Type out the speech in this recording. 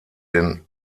den